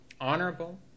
honorable